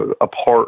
apart